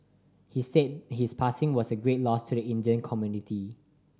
he said his passing was a great loss to the Indian community